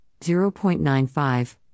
0.95